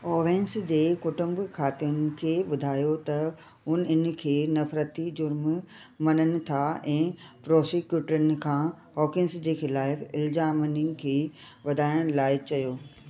Owens जे कुटुंब खातुनि खे ॿुधायो त हुन इन खे नफ़रती जुर्म मञनि था ऐं प्रोसिक्यूटरन खां हॉकिन्स जे ख़िलाफ इल्ज़ामनि खे वधाइण लाइ चयो